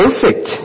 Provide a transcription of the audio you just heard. perfect